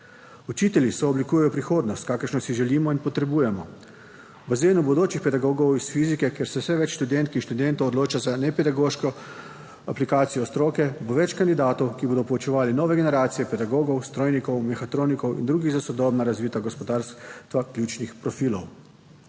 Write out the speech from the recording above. Učitelji sooblikujejo prihodnost, kakršno si želimo in potrebujemo. V bazen bodočih pedagogov iz fizike, kjer se vse več študentk in študentov odloča za nepedagoško aplikacijo stroke, bo več kandidatov, ki bodo poučevali nove generacije pedagogov, strojnikov, mehatronikov in drugih za sodobno razvita gospodarstva ključnih profilov.